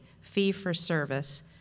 fee-for-service